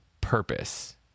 purpose